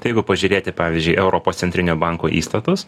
jeigu pažiūrėti pavyzdžiui europos centrinio banko įstatus